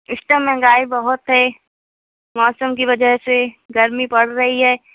اس time مہنگائی بہت ہے موسم کی وجہ سے گرمی پڑ رہی ہے